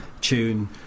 tune